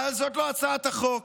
אבל זאת לא הצעת החוק.